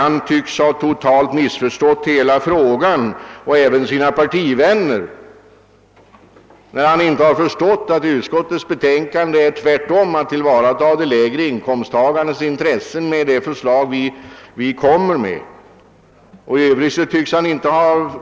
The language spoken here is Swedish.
Han tycks totalt ha missförstått hela frågan och även sina partivänner när han inte har insett att utskottet med det förslag som lagts fram i betänkandet har försökt tillvarata de lägre inkomsttagarnas intressen.